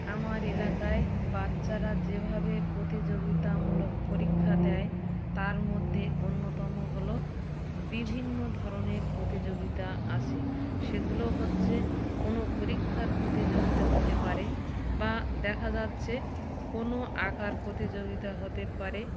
আমার এলাকায় বাচ্চারা যেভাবে প্রতিযোগিতামূলক পরীক্ষা দেয় তার মধ্যে অন্যতম হল বিভিন্ন ধরনের প্রতিযোগিতা আসে সেগুলো হচ্ছে কোনো পরীক্ষার প্রতিযোগিতা হতে পারে বা দেখা যাচ্ছে কোনো আঁকার প্রতিযোগিতা হতে পারে